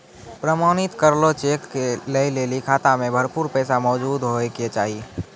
प्रमाणित करलो चेक लै लेली खाता मे भरपूर पैसा मौजूद होय के चाहि